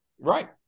Right